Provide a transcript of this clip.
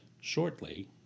Shortly